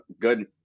good